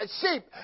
sheep